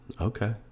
Okay